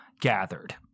gathered